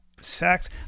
sex